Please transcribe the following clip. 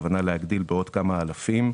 הכוונה להגדיל בעוד כמה אלפים.